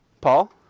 Paul